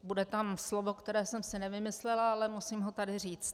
Bude tam slovo, které jsem si nevymyslela, ale musím ho tady říct.